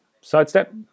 Sidestep